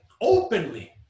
Openly